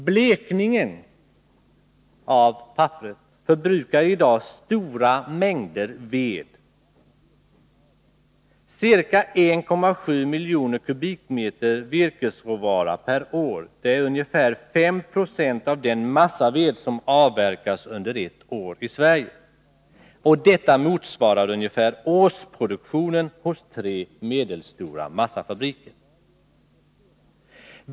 Blekningen av papper förbrukar i dag stora mängder ved, ca 1,7 miljoner m? virkesråvara per år. Det är omkring 5 96 av den massaved som avverkas under ett år i Sverige. Detta motsvarar ungefär årsproduktionen hos tre medelstora massafabriker.